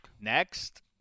Next